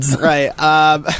right